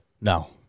No